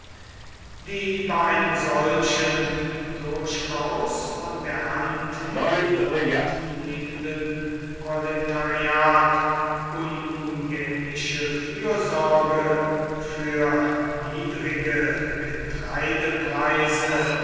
die bei einem solchen durchaus von der hand in den mund lebenden proletariat unumgängliche fürsorge für niedrige getreidepreise